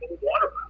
water